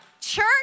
Church